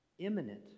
Imminent